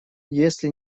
если